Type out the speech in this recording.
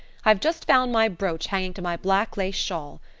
i've just found my brooch hanging to my black lace shawl.